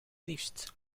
liefst